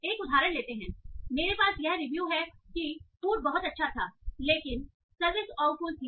एक उदाहरण लेते हैं मेरे पास यह रिव्यू है कि फूड बहुत अच्छा था लेकिन सर्विस आवफुल थी